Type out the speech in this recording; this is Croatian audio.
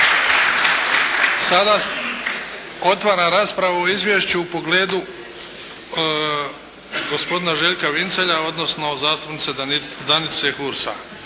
Sada otvaram raspravu o izvješću u pogledu gospodina Željka Vincelja, odnosno zastupnice Danice Hursa.